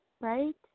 right